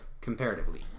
Comparatively